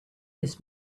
this